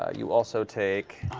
ah you also take